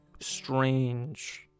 strange